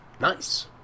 Nice